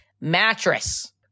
mattress